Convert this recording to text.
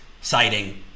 citing